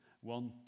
One